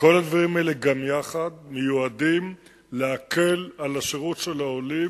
וכל הדברים האלה גם יחד מיועדים להקל על השירות של העולים.